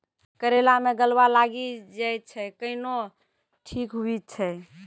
करेला मे गलवा लागी जे छ कैनो ठीक हुई छै?